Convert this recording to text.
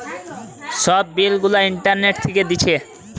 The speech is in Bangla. সব বিল গুলা ইন্টারনেট থিকে দিচ্ছে